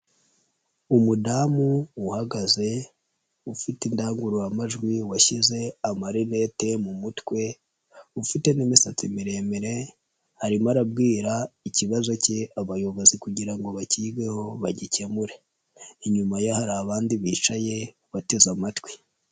Umudamu uhagaze ufite indangururamajwi washyize amarinete mu mutwe, ufite n'imisatsi miremire arimo arabwira ikibazo ke abayobozi kugira ngo bakigeho bagikemure, inyuma ye hari abandi bicaye bateze amatwi.